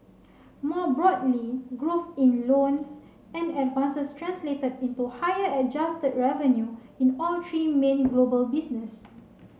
more broadly growth in loans and advances translated into higher adjusted revenue in all three many global business